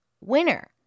Winner